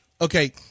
Okay